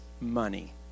money